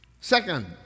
second